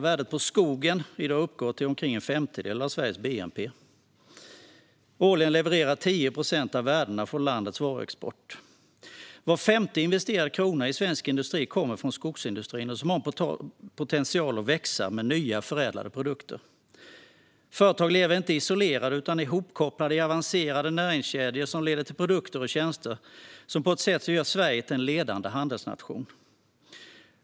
Värdet på skogen uppgår i dag till omkring en femtedel av Sveriges bnp, och skogen levererar årligen 10 procent av värdena i landets varuexport. Var femte investerad krona i svensk industri kommer från skogsindustrin, som har potential att växa med nya förädlade produkter. Företag lever inte isolerade utan är ihopkopplade i avancerade näringskedjor som leder till produkter och tjänster på ett sätt som gör Sverige till en ledande handelsnation.